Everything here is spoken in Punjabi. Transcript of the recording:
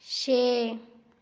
ਛੇ